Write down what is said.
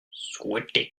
souhaiter